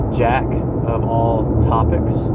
jackofalltopics